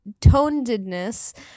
tonedness